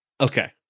okay